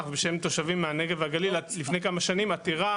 ובשם תושבים מהנגב והגליל לפני כמה שנים עתירה